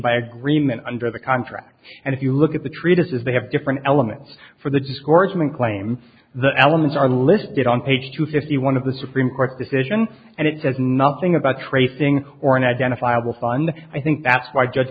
by agreement under the contract and if you look at the treatises they have different elements for the discourse in claim the elements are listed on page two fifty one of the supreme court decision and it says nothing about tracing or an identifiable fund i think that's why judge